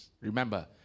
Remember